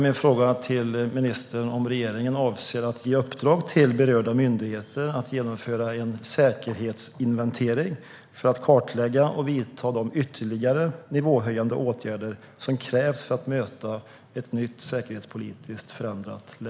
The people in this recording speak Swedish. Min fråga till ministern är om regeringen avser att ge uppdrag till berörda myndigheter att genomföra en säkerhetsinventering för att kartlägga och vidta de ytterligare nivåhöjande åtgärder som krävs för att möta ett nytt, säkerhetspolitiskt förändrat läge.